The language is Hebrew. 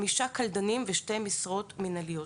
חמישה קלדנים, ושתי משרות מינהליות.